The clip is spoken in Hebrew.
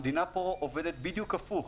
המדינה פה עובדת בדיוק הפוך.